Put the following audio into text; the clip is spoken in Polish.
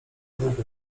długo